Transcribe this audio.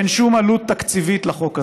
אין שום עלות תקציבית לחוק הזה,